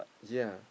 ya